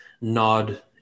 nod